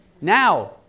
Now